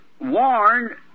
warned